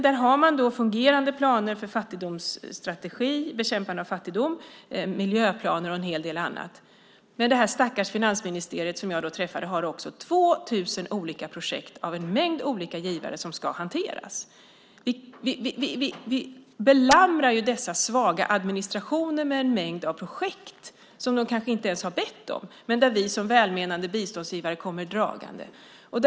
Där har man fungerande planer för fattigdomsstrategi, bekämpande av fattigdom, miljöplaner och en hel del annat. Men det stackars finansministeriet som jag träffade har också 2 000 olika projekt av en mängd olika givare som ska hanteras. Vi belamrar dessa svaga administrationer med en mängd projekt som de kanske inte ens har bett om men som vi som välmenande biståndsgivare kommer dragande med.